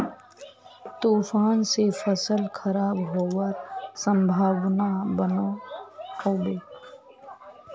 तूफान से फसल खराब होबार संभावना बनो होबे?